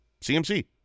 CMC